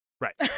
right